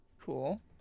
Cool